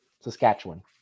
Saskatchewan